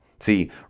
See